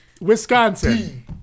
Wisconsin